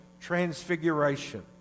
transfiguration